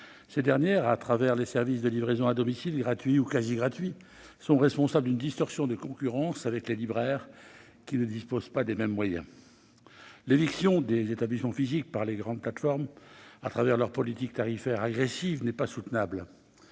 Ces dernières, à travers les services de livraisons à domicile gratuits ou quasi gratuits, sont responsables d'une distorsion de concurrence avec les libraires, qui ne disposent pas des mêmes moyens. L'éviction des établissements physiques par les grandes plateformes au moyen de leurs politiques tarifaires agressives n'est pas soutenable.